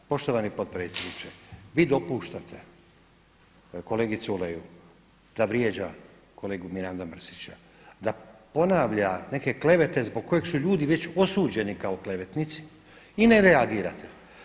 Poštovani potpredsjedniče, vi dopuštate kolegi Culeju da vrijeđa kolegu Miranda Mrsića, da ponavlja neke klevete zbog kojih su ljudi već osuđeni kao klevetnici i ne reagirate.